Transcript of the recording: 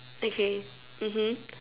okay mmhmm